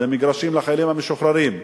למגרשים לחיילים המשוחררים,